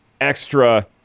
extra